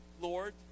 Lord